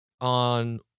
on